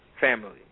Family